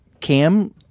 Cam